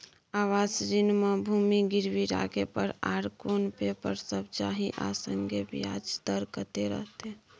आवास ऋण म भूमि गिरवी राखै पर आर कोन पेपर सब चाही आ संगे ब्याज दर कत्ते रहते?